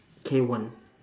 K one